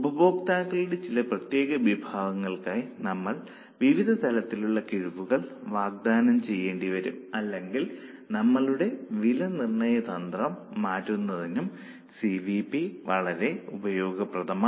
ഉപഭോക്താക്കളുടെ ചില പ്രത്യേക വിഭാഗങ്ങൾക്കായി നമ്മൾ വിവിധ തലത്തിലുള്ള കിഴിവുകൾ വാഗ്ദാനം ചെയ്യേണ്ടിവരും അല്ലെങ്കിൽ നമ്മളുടെ വിലനിർണയ തന്ത്രം മാറ്റുന്നതിനും സി വി പി വളരെ ഉപയോഗപ്രദമാണ്